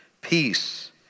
peace